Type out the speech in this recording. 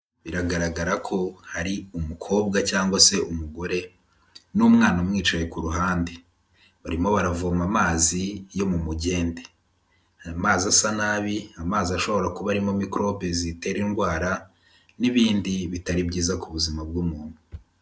Biragaragara ko hari umukobwa cyangwa se umugore n'umwana umwicaye ku ruhande, barimo baravoma amazi yo mu mugende, ayo mazi asa nabi, amazi ashobora kuba arimo mikorobe zitera indwara n'ibindi bitari byiza ku buzima bw'umuntu.